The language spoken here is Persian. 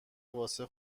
واسه